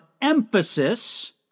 emphasis